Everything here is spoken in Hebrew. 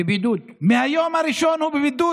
מהיום הראשון הוא בבידוד,